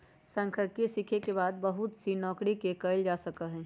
सांख्यिकी के सीखे के बाद बहुत सी नौकरि के कइल जा सका हई